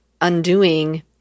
undoing